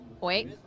wait